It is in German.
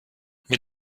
mit